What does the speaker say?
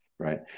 Right